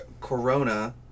Corona